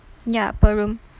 ya per room